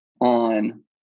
on